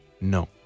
No